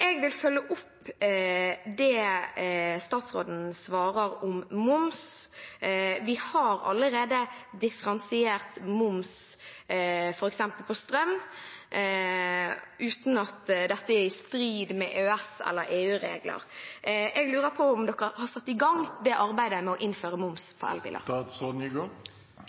Jeg vil følge opp det statsråden svarer om moms. Vi har allerede differensiert moms, f.eks. på strøm, uten at dette er i strid med EØS- eller EU-regler. Jeg lurer på om dere har satt i gang arbeidet med å innføre moms på elbiler.